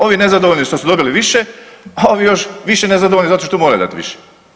Ovi nezadovoljni što su dobili više, a ovi još više nezadovoljni zato što moraju dati više.